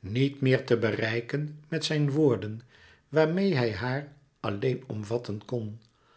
niet meer te bereiken met zijn woorden waarmeê hij haar alleen omvatten kon